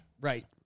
Right